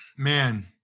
Man